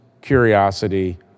curiosity